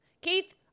Keith